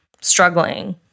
struggling